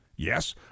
Yes